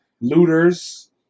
looters